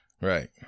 Right